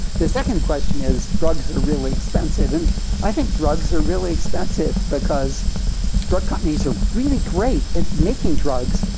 the second question is, drugs are really expensive, and i think drugs are really expensive because drug companies are really great at making drugs.